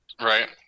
Right